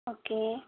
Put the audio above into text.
okay